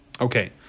Okay